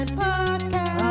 podcast